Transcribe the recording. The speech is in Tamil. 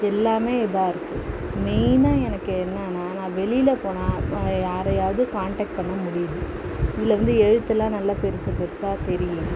எல்லாமே இதாக இருக்குது மெய்னாக எனக்கு என்னென்னா நான் வெளில் போனால் யாரையாவது காண்டெக்ட் பண்ண முடியுது இதில் வந்து எழுத்தெலாம் நல்லா பெருசு பெருசாக தெரியுது